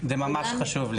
זה ממש חשוב לי.